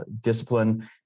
discipline